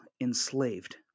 enslaved